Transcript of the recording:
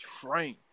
train